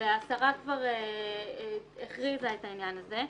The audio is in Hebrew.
והשרה כבר הכריזה את העניין הזה,